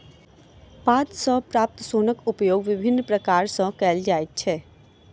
पात सॅ प्राप्त सोनक उपयोग विभिन्न प्रकार सॅ कयल जाइत अछि